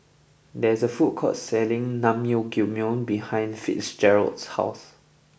there is a food court selling Naengmyeon behind Fitzgerald's house